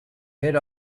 head